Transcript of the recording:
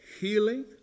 healing